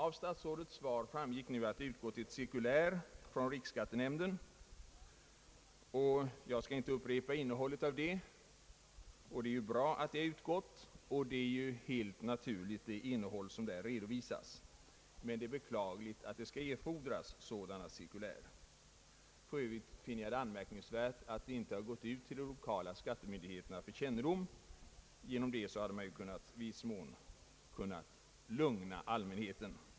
Av statsrådets svar framgick att det utgått ett cirkulär från riksskattenämnden. Jag skall inte upprepa innehållet i detta, men det är ju bra att det har utgått. Innehållet, som där redovisas, är ju helt naturligt, men det är beklagligt att det skall erfordras sådana cirkulär. För övrigt finner jag det anmärkningsvärt att det inte har gått ut till de lokala skattemyndigheterna för kännedom. Därigenom hade man ju i viss mån kunnat lugna allmänheten.